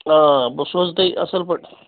آ بہٕ سوزٕ تۄہہِ اَصٕل پٲٹھۍ